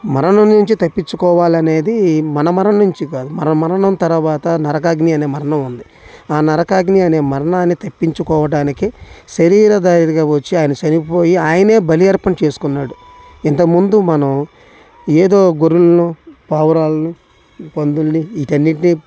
మరణం నుంచి తప్పించుకోవాలని మన మరణం నుంచి కాదు మన మరణం తరువాత నరకాగ్ని అనే మరణం ఉంది ఆ నరకాగ్ని అనే మరణాన్ని తప్పించుకోవడానికి శరీరధారిగై వచ్చి ఆయన చనిపోయి ఆయనే బలి అర్పణ చేసుకున్నాడు ఇంతకు ముందు మనం ఏదో గొర్రెలను పావురాల్ని పందుల్ని వీటన్నిటినీ